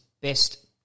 best